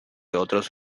otros